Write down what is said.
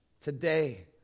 today